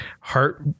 heart